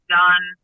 done